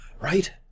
right